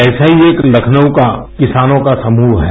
ऐसा ही एक लखनऊ का किसानों का समूह है